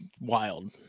wild